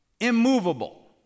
immovable